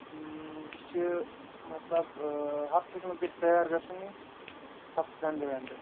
یہِ چھِ مطلب ہَفتَس منٛز گَژھِ تیار گژھُن یہِ ہفتَس انٛڈر انٛڈر